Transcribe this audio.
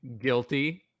guilty